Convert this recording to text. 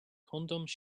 condoms